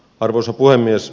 arvoisa puhemies